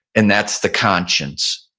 and that's the conscience.